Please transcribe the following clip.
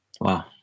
Wow